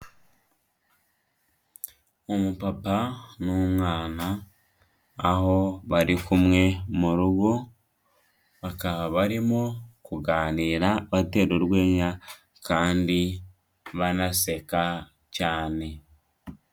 Umupapa n'umwana aho bari kumwe mu rugo, bakaba barimo kuganira batera urwenya kandi banaseka cyane.